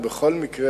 בכל מקרה,